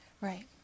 right